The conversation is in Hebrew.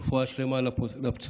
רפואה שלמה לפצועים.